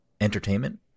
entertainment